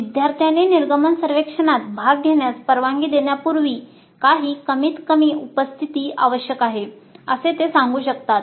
विद्यार्थ्यांनी निर्गमन सर्वेक्षणात भाग घेण्यास परवानगी देण्यापूर्वी काही कमीतकमी उपस्थिती आवश्यक आहे असे ते सांगू शकतात